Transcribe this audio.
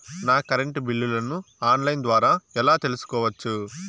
నా కరెంటు బిల్లులను online ద్వారా ఎలా తెలుసుకోవచ్చు?